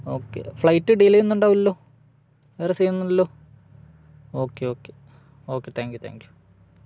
okay flight delay ഒന്നുമുണ്ടാകില്ലല്ലോ വേറെ സീനൊന്നുമില്ലല്ലോ okay okay okay thank you thank you